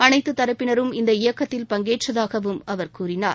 அனைத்து தரப்பினரும் இந்த இயக்கத்தில் பங்கேற்றதாகவும் அவர் கூறினார்